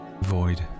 void